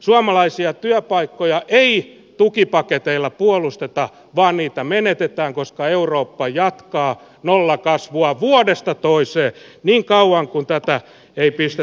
suomalaisia työpaikkoja ei tukipaketeilla puolusteta vaan niitä menetetään koska eurooppa jatkaa nollakasvua vuodesta toiseen niin kauan kuin tätä ei pistetä kuntoon